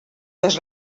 les